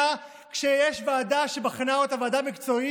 מזה, גברתי, אני אגיד לך על זה דבר אחד מאוד פשוט: